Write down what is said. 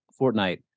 Fortnite